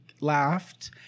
laughed